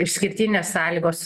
išskirtinės sąlygos